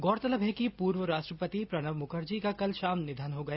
गौरतलब है कि पूर्व राष्ट्रपति प्रणब मुखर्जी का कल शाम निधन हो गया